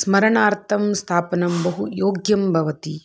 स्मरणार्थं स्थापनं बहु योग्यं भवति